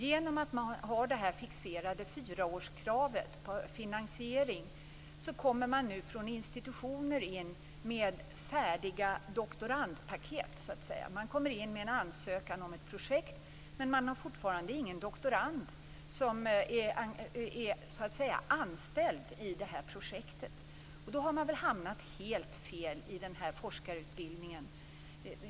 Genom det fixerade fyraårskravet på finansiering kommer man nu från institutioner in med "färdiga doktorandpaket". Man kommer in med en ansökan om ett projekt men fortfarande är ingen doktorand så att säga anställd i projektet. Då har man väl hamnat helt fel i den här forskarutbildningen.